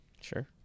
Sure